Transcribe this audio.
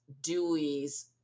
Dewey's